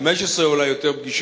אולי 15 או יותר פגישות,